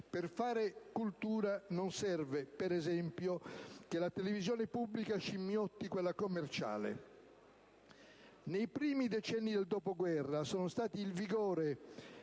Per fare cultura non serve per esempio che la televisione pubblica scimmiotti quella commerciale. Nei primi decenni del dopoguerra sono stati il vigore